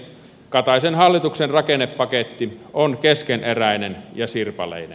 kataisen hallituksen rakennepaketti on keskeneräinen ja sirpaleinen